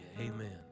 Amen